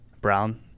Brown